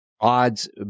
Odds